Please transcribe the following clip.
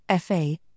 FA